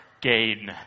gain